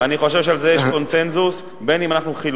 אני חושב שעל זה יש קונסנזוס בין אנחנו חילונים,